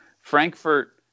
Frankfurt